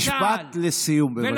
משפט לסיום, בבקשה.